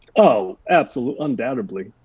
oh, absolutely, undoubtably,